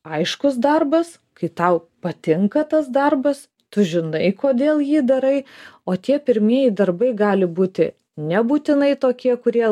aiškus darbas kai tau patinka tas darbas tu žinai kodėl jį darai o tie pirmieji darbai gali būti nebūtinai tokie kurie